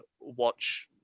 watch